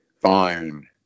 fine